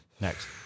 Next